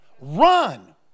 run